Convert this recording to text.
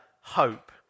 hope